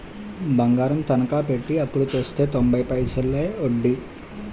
బంగారం తనకా పెట్టి అప్పుడు తెస్తే తొంబై పైసలే ఒడ్డీ